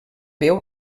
veu